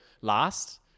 last